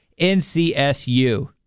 NCSU